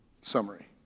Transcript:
Summary